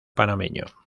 panameño